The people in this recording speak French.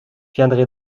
viendrai